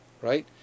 Right